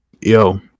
Yo